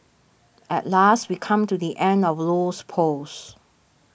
at last we come to the end of Low's post